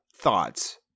thoughts